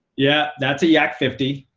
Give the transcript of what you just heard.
yeah, that's a yak fifty.